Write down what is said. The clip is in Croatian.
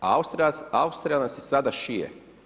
A Austrija nas i sada šije.